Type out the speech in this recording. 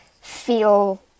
feel